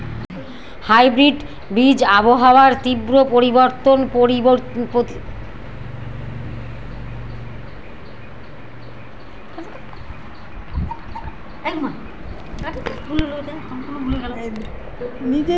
hybrid বীজ আবহাওয়ার তীব্র পরিবর্তন প্রতিরোধী এবং রোগ প্রতিরোধী